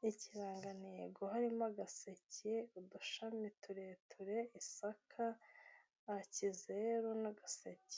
n'ikirangantego. Harimo agaseke, udushami tureture, isaka, ikizeru n'agaseke.